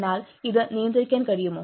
എന്നാൽ ഇത് നിയന്ത്രിക്കാൻ കഴിയുമോ